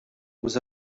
was